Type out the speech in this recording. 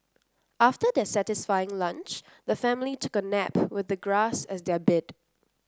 after their satisfying lunch the family took a nap with the grass as their bed